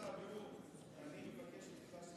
כבוד שר הבריאות, אני מבקש ממך שתתייחס,